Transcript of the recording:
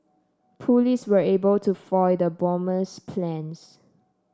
police were able to foil the bomber's plans